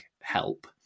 help